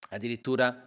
Addirittura